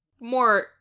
more